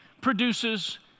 produces